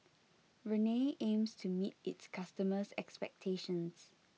Rene aims to meet its customers' expectations